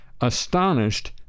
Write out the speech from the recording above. astonished